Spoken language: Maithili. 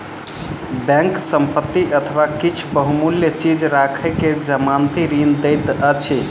बैंक संपत्ति अथवा किछ बहुमूल्य चीज राइख के जमानती ऋण दैत अछि